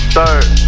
Third